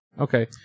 Okay